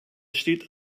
steht